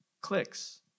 Clicks